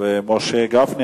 אם כך,